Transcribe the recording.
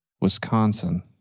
Wisconsin